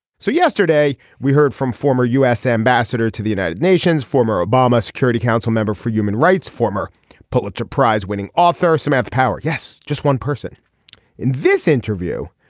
so yesterday we heard from former u s. ambassador to the united nations former obama security council member for human rights former pulitzer prize winning author samantha power yes just one person in this interview.